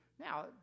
Now